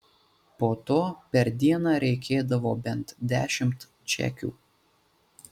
po to per dieną reikėdavo bent dešimt čekių